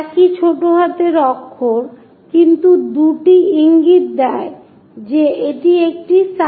একই ছোট হাতের অক্ষর কিন্তু দুইটি ইঙ্গিত দেয় যে এটি একটি সাইড ভিউ